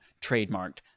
trademarked